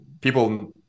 people